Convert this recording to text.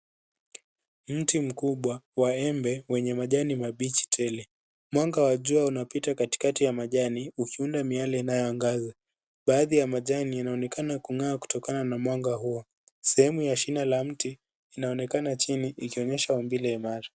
Mti mkubwa wa embe, wenye majani mabichi tele. Mwanga wa jua unapita katikati ya majani, ukiunda miale inayoangaza. Baadhi ya majani inaonekana kung'aa kutokana na mwanga huo. Sehemu ya shina la mti inaonekana chini, ikionyesha maumbile imara.